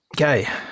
Okay